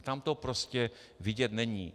Tam to prostě vidět není.